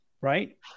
Right